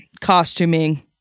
costuming